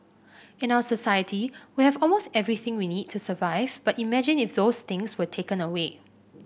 in our society we have almost everything we need to survive but imagine if those things were taken away